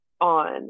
on